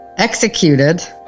Executed